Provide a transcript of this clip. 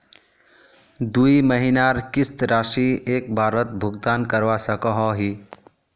दुई महीनार किस्त राशि एक बारोत भुगतान करवा सकोहो ही?